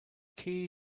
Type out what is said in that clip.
key